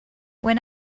when